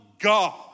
God